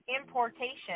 importation